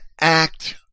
act